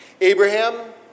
Abraham